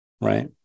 right